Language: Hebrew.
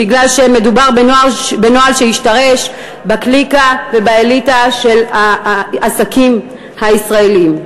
מפני שמדובר בנוהל שהשתרש בקליקה ובאליטה של העסקים הישראליים.